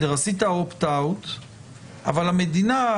עשית אופט אאוט אבל המדינה,